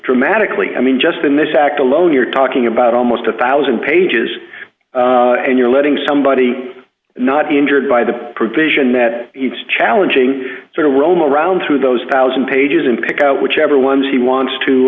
dramatically i mean just in this act alone you're talking about almost a one thousand pages and you're letting somebody not be injured by the provision that he's challenging sort of roam around through those one thousand pages and pick out whichever ones he wants to